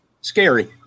Scary